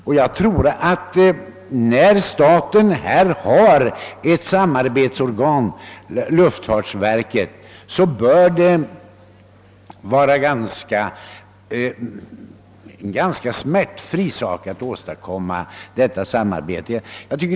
Och jag tror att när staten har ett samarbetsorgan på området — luftfartsverket — så bör det kunna gå ganska smärtfritt att åstadkomma samarbetet även i Storstockholm.